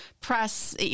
press